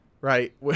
right